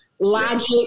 logic